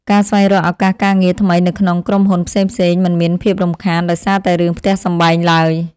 ការស្វែងរកឱកាសការងារថ្មីនៅក្នុងក្រុមហ៊ុនផ្សេងៗ មិនមានភាពរំខានដោយសារតែរឿងផ្ទះសម្បែងឡើយ។